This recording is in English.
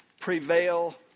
prevail